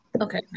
Okay